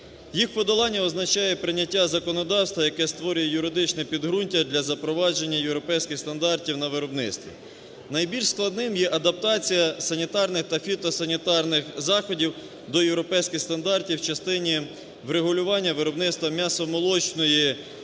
Їх подолання означає прийняття законодавства, яке створює юридичне підґрунтя для запровадження європейський стандартів на виробництві. Найбільш складним є адаптація санітарних та фітосанітарних заходів до європейських стандартів в частині врегулювання виробництва м'ясомолочної